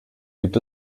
gibt